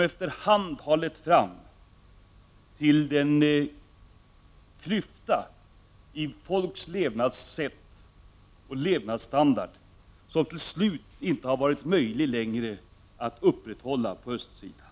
Efter hand har det skapats en klyfta när det gäller levnadssätt och levnadsstandard, vilken det till slut inte längre va — Prot. 1989/90:23 rit möjligt att dölja på östsidan.